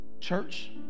Church